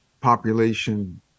population